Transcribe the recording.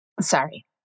sorry